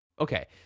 Okay